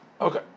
Okay